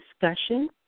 discussion